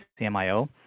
CMIO